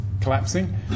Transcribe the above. collapsing